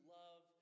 love